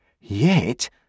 Yet